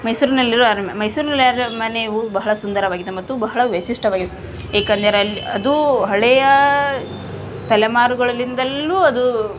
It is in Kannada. ಮೈಸೂರಿನಲ್ಲಿರುವ ಅರಮನೆ ಮೈಸೂರಿನಲ್ಲಿ ಅರಮನೆಯು ಬಹಳ ಸುಂದರವಾಗಿದೆ ಮತ್ತು ಬಹಳ ವೈಶಿಷ್ಟ್ಯವಾಗಿದೆ ಏಕೆಂದರೆ ಅಲ್ಲಿ ಅದು ಹಳೆಯ ತಲೆಮಾರುಗಳಲ್ಲಿಂದಲೂ ಅದು